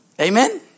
Amen